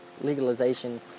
legalization